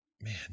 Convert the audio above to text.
Man